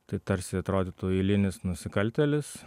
tai tarsi atrodytų eilinis nusikaltėlis